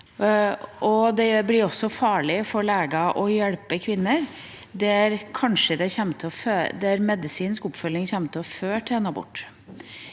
det blir også farlig for leger å hjelpe kvinner der medisinsk oppfølging kanskje kommer til å føre til en abort.